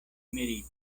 merito